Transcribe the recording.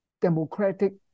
democratic